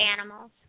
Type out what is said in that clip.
animals